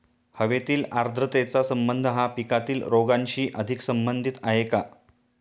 हवेतील आर्द्रतेचा संबंध हा पिकातील रोगांशी अधिक संबंधित आहे का?